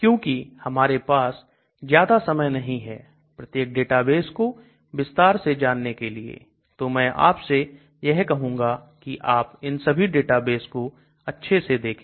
क्योंकि हमारे पास ज्यादा समय नहीं है प्रत्येक डेटाबेस को विस्तार से जानने के लिए तो मैं आपसे यह कहूंगा कि आप इन सभी डेटाबेस को अच्छे से देखें